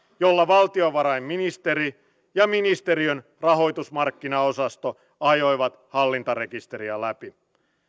jolla valtiovarainministeri ja ministeriön rahoitusmarkkinaosasto ajoivat hallintarekisteriä läpi